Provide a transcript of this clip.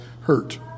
hurt